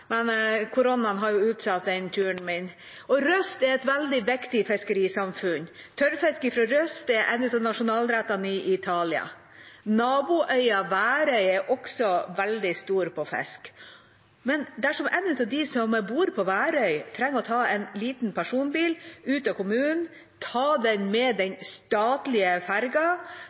men koronaen har utsatt den turen min. Røst er et veldig viktig fiskerisamfunn. Tørrfisk fra Røst er en av nasjonalrettene i Italia. Naboøya Værøy er også veldig stor på fisk. Dersom en av dem som bor på Værøy, trenger å ta en liten personbil ut av kommunen, ta den statlige ferga